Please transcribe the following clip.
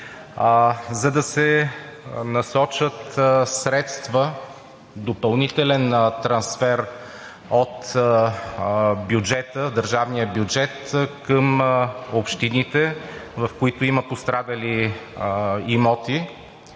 за да се насочат средства, допълнителен трансфер от държавния бюджет към общините, в които има пострадали имоти,